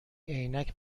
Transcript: عینک